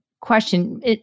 question